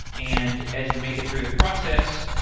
and as you make it through the process,